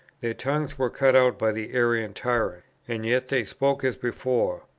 their tongues were cut out by the arian tyrant, and yet they spoke as before.